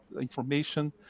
information